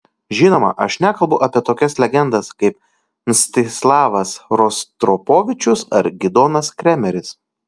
žinoma aš nekalbu apie tokias legendas kaip mstislavas rostropovičius ar gidonas kremeris